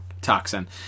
toxin